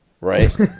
right